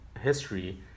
history